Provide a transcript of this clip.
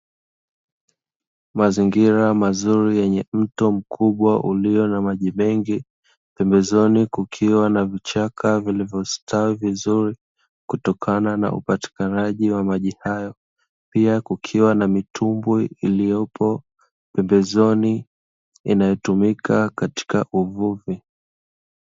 Mazingira mazuri yenye mto mkubwa uliona maji mengi pembezoni kukiwa na vichaka vilivyostawi vizuri, kutokana na upatikanaji wa maji hayo, pia kukiwa na mitumbwi iliyopo pembezoni inayotumika katika uvuvi.